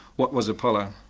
what was apollo?